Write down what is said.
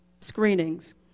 screenings